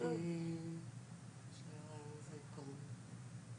עליונה בשינוי של מבחני ההכנסה.